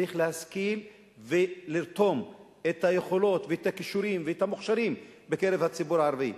צריך להשכיל ולרתום את היכולות והכישורים והמוכשרים בקרב הציבור הערבי.